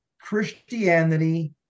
Christianity